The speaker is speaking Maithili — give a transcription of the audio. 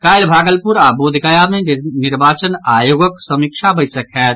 काल्हि भागलपुर आओर बोधगया मे निर्वाचन आयोगक समीक्षा बैसक होयत